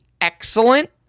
excellent